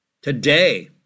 today